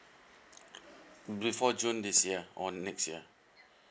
before june this year or next year